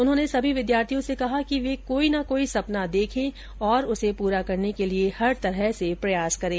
उन्होंने सभी विद्यार्थियों से कहा ँकि वे कोई न कोई सपना देखे और उसे पूरा करने के लिये हर तरह से प्रयास करें